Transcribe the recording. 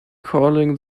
calling